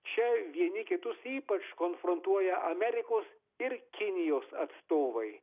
čia vieni kitus ypač konfrontuoja amerikos ir kinijos atstovai